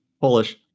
polish